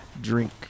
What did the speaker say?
Drink